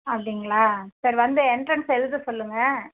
அப்படிங்களா சரி வந்து எண்ட்ரன்ஸ் எழுத சொல்லுங்கள்